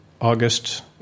August